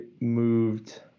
moved